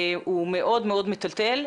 הוא מאוד מאוד מטלטל,